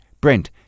Brent